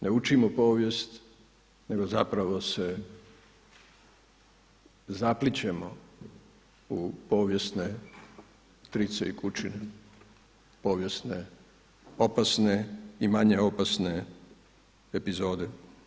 Ne učimo povijest nego zapravo se zaplićemo u povijesne trice i kučine povijesne, opasne i manje opasne epizode.